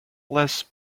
less